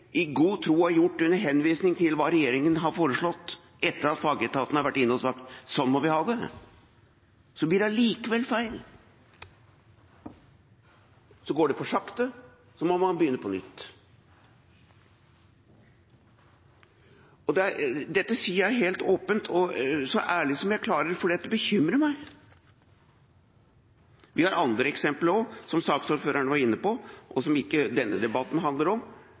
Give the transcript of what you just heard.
i god tro har gjort under henvisning til hva regjeringa har foreslått, etter at fagetaten har vært inne og sagt at sånn må vi ha det? Så blir det allikevel feil. Så går det for sakte. Så må man begynne på nytt. Dette sier jeg helt åpent og så ærlig som jeg klarer, fordi det bekymrer meg. Vi har andre eksempler også, som saksordføreren var inne på, og som ikke denne debatten handler om,